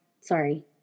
Sorry